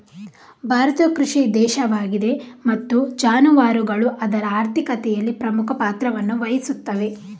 ಭಾರತವು ಕೃಷಿ ದೇಶವಾಗಿದೆ ಮತ್ತು ಜಾನುವಾರುಗಳು ಅದರ ಆರ್ಥಿಕತೆಯಲ್ಲಿ ಪ್ರಮುಖ ಪಾತ್ರವನ್ನು ವಹಿಸುತ್ತವೆ